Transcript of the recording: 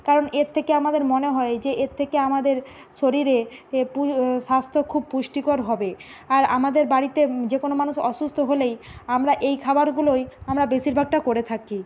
কারণ এর থেকে আমাদের মনে হয় যে এর থেকে আমাদের শরীরে এ পুজ স্বাস্থ্য খুব পুষ্টিকর হবে আর আমাদের বাড়িতে যে কোনো মানুষ অসুস্থ হলেই আমরা এই খাবারগুলোই আমরা বেশিরভাগটা করে থাকি